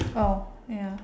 oh ya